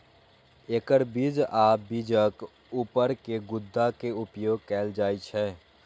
एकर बीज आ बीजक ऊपर के गुद्दा के उपयोग कैल जाइ छै